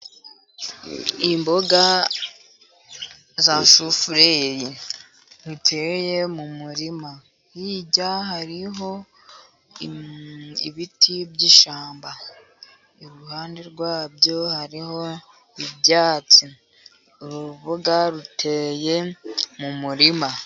Imboga za shufureri ziteye mu murima, hirya hariho ibiti by'ishyamba, iruhande rwabyo hariho ibyatsi. Uru ruboga ruteye mu murima.